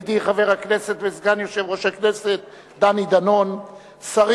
הגברת סוזנה גון דה הסנזון וכל